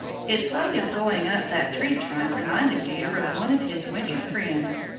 its way of going up that tree trunk reminded peter of one of his winter friends,